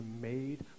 made